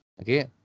okay